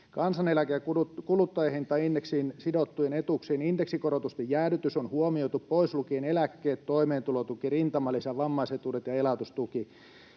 Kansaneläke- ja kuluttajahintaindeksiin sidottujen etuuksien indeksikorotusten jäädytys on huomioitu pois lukien eläkkeet, toimeentulotuki, rintamalisä, vammaisetuudet ja elatustuki.